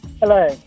Hello